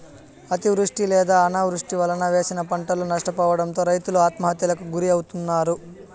అతివృష్టి లేదా అనావృష్టి వలన వేసిన పంటలు నష్టపోవడంతో రైతులు ఆత్మహత్యలకు గురి అవుతన్నారు